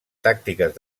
tàctiques